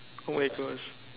oh my Gosh